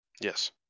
Yes